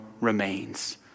remains